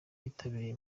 yitabiriye